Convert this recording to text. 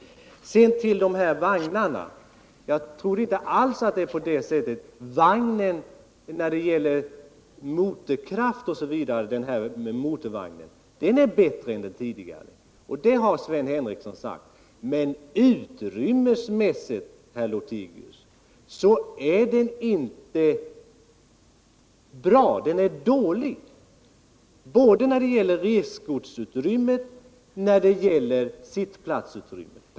Sedan till frågan om de här vagnarna. Den här motorvagnen är bättre än tidigare när det gäller motorkraft och sådant, och det har Sven Henricsson sagt. Men utrymmesmässigt, herr Lothigius, är den dålig. Det gäller både resgodsutrymme och sittplatsutrymme.